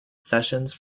sessions